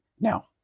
now